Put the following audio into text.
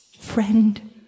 friend